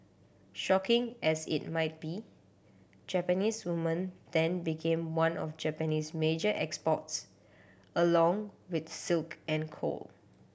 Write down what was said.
shocking as it might be Japanese woman then became one of Japan's major exports along with silk and coal